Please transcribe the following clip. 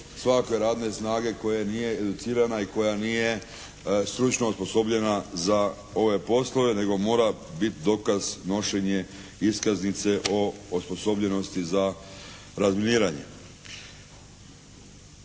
svakakve radne snage koja nije educirana i koja nije stručno osposobljena za ove poslove nego mora biti dokaz nošenje iskaznice o osposobljenosti za razminiranje.